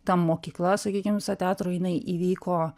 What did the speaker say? ta mokykla sakykim visa teatro jinai įvyko